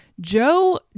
Joe